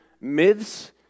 myths